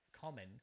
common